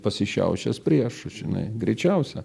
pasišiaušęs prieš žinai greičiausia